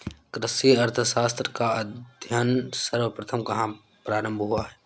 कृषि अर्थशास्त्र का अध्ययन सर्वप्रथम कहां प्रारंभ हुआ?